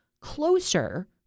closer